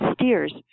steers